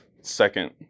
second